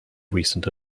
recent